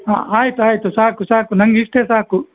ಹಾಂ ಆಯಿತು ಆಯಿತು ಸಾಕು ಸಾಕು ನಂಗೆ ಇಷ್ಟೇ ಸಾಕು